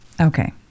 Okay